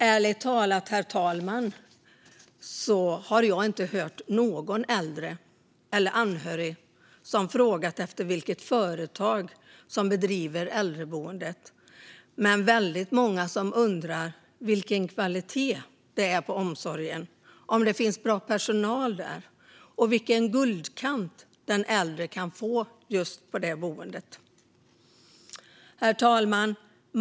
Ärligt talat, herr talman, har jag inte hört någon äldre eller anhörig som frågat vilket företag som driver äldreboendet men väldigt många som undrar vilken kvalitet det är på omsorgen, om det finns bra personal där och vilken guldkant den äldre kan få på just det boendet. Herr talman!